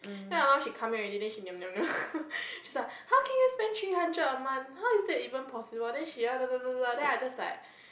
then awhile she come in already then she niam niam niam she's like how can you spend three hundred a month how is that even possible then she then I just like